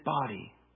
body